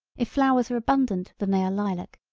if flowers are abundant then they are lilac,